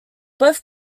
both